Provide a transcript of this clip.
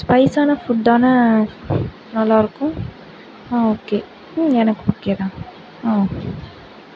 ஸ்பைஸான food தானே நல்லாயிருக்கும் ஆ ஓகே ம் எனக்கு ஓகே தான் ம்